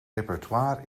repertoire